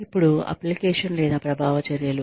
ఇపుడు అప్లికేషన్ లేదా ప్రభావ చర్యలు